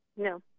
No